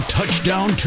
Touchdown